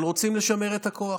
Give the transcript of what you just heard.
אבל רוצים לשמר את הכוח.